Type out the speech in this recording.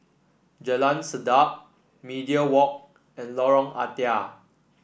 Jalan Sedap Media Walk and Lorong Ah Thia